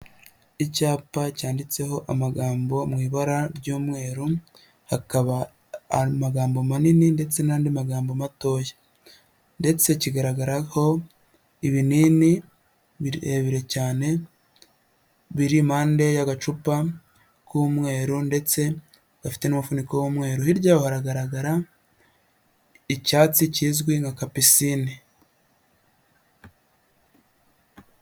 Icyapa cyanditseho amagambo mu ibara ry'umweru hakaba amagambo manini ndetse n'andi magambo matoya, ndetse kigaragaraho ibinini birebire cyane biri impade y'agacupa k'umweru, ndetse gafite umufuniko w'umweru, hirya hagaragara icyatsi kizwi nka kapisine.